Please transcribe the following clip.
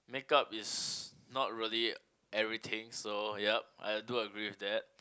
make-up is not really everything so yup I do agree with that